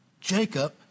Jacob